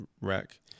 rack